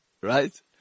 right